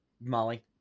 Molly